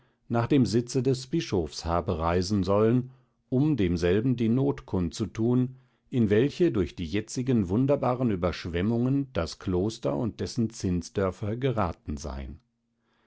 nach dem sitze des bischofs habe reisen sollen um demselben die not kundzutun in welche durch die jetzigen wunderbaren überschwemmungen das kloster und dessen zinsdörfer geraten seien